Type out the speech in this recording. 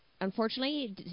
unfortunately